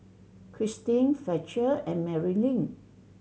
Christine Fletcher and Marilynn